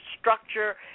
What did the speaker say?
structure